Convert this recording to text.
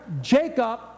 Jacob